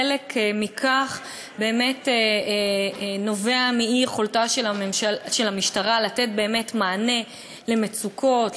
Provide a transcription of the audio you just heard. חלק מכך באמת נובע מאי-יכולתה של המשטרה לתת באמת מענה למצוקות,